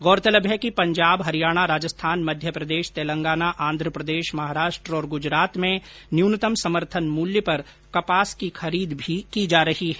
गौरतलब है कि पंजाब हरियाणा राजस्थान मध्यप्रदेश तेलंगाना आंध्रप्रदेश महाराष्ट्र और गुजरात में न्यूनतम समर्थन मूल्य पर कपास की खरीद भी की जा रही है